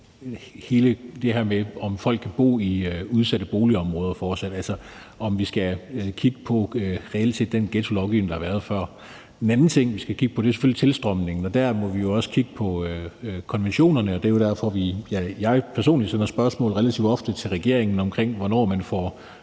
er det her med, om folk fortsat kan bo i udsatte boligområder, altså om vi reelt set skal kigge på den ghettolovgivning, der har været før. En anden ting, vi skal kigge på, er selvfølgelig tilstrømningen. Der må vi jo også kigge på konventionerne, og det er derfor, jeg personligt sender spørgsmål relativt ofte til regeringen omkring, hvornår man får